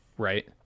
Right